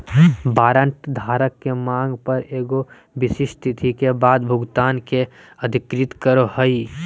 warrant धारक के मांग पर एगो विशिष्ट तिथि के बाद भुगतान के अधिकृत करो हइ